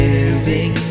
Living